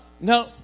no